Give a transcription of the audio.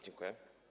Dziękuję.